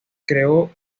creó